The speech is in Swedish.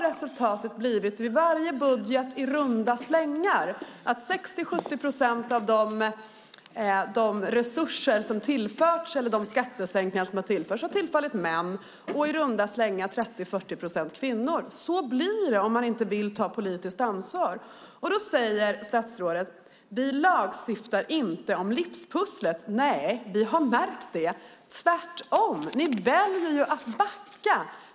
Resultatet har vid varje budget blivit att i runda slängar 60-70 procent av de resurser som tillförts eller skattesänkningar som gjorts har tillfallit män och i runda slängar 30-40 procent tillfallit kvinnor. Så blir det om man inte vill ta politiskt ansvar. Statsrådet säger: Vi lagstiftar inte om livspusslet! Nej, vi har märkt det! Tvärtom väljer ni att backa.